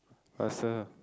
faster